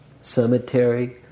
cemetery